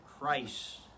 Christ